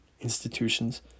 institutions